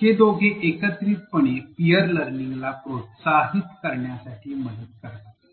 हे दोघे एकत्रितपणे पीअर लर्निंगला प्रोत्साहन देण्यास मदत करतात